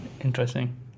Interesting